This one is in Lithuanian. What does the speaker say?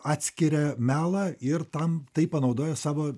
atskiria melą ir tam tai panaudoja savo